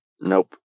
Nope